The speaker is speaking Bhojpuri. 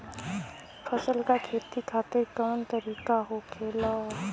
फसल का खेती खातिर कवन तरीका होखेला?